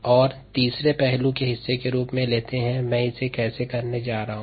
और तीसरे पहलू के हिस्से के रूप में लेते हैं कि मैं इसे कैसे करने जा रहा हूं